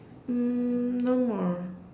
mm no more